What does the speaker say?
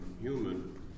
human